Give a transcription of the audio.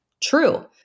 True